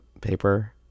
paper